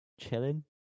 chilling